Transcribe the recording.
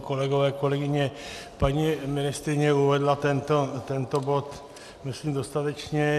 Kolegové, kolegyně, paní ministryně uvedla tento bod myslím dostatečně.